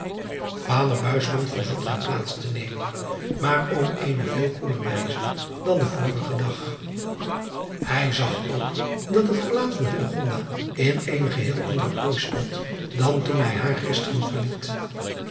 ader verzocht hem plaats te nemen maar op eene veel koeler wijze dan den vorigen dag ij zag ook dat het gelaat van in eene geheel andere plooi stond dan toen hij haar gisteren verliet